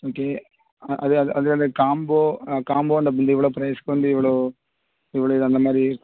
okay ஆ அது அது அது அந்த காம்போ காம்போ அந்த இந்த இவ்வளோ ப்ரைஸுக்கு வந்து இவ்வளோ இவ்வளோ இது அந்த மாதிரி